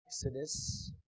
Exodus